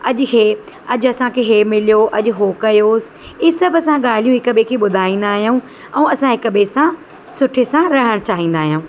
अॼु हे अॼु असांखे हे मिलियो अॼु हो कयोसीं हे सभु असां ॻाल्हियूं हिक ॿिए खे ॿुधाईंदा आहियूं ऐं असां हिक ॿिए सां सुठे सां रहणु चाहींदा आहियूं